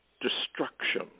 destruction